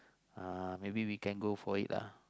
uh maybe we can go for it ah